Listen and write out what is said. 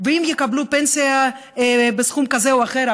ואם יקבלו פנסיה בסכום כזה או אחר,